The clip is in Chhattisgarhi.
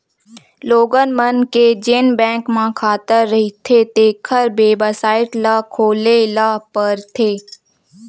लोगन मन के जेन बैंक म खाता रहिथें तेखर बेबसाइट ल खोले ल परथे